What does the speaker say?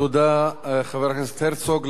תודה, חבר הכנסת הרצוג.